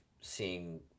seeing